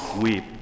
weep